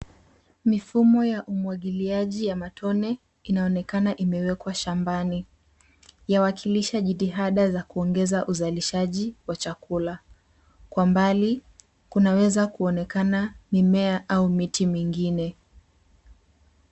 Mifumo ya umwagiliaji ya matone inaonekana imewekwa shambani, ya wakilisha jitihada za kuongeza uzalishaji wa chakula. Kwa mbali kunaweza kuonekana mimea au miti mingine.